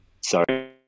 Sorry